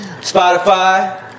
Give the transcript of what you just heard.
Spotify